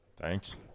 thanks